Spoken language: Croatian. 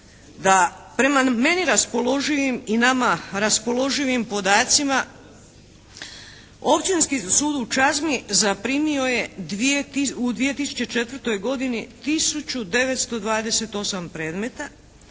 Prema meni raspoloživim i nama raspoloživim podacima Općinski sud u Čazmi zaprimio je u 2004. godini tisuću 928 predmeta